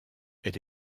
elle